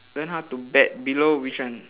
learn how to bet below which one